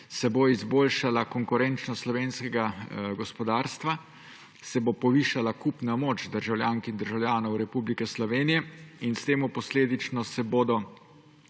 se bo izboljšala konkurenčnost slovenskega gospodarstva, se bo povišala kupna moč državljank in državljanov Republike Slovenije in s tem posledično se bodo